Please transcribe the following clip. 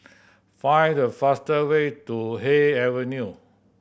find the faster way to Haig Avenue